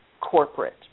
corporate